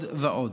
ועוד ועוד.